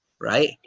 Right